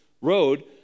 road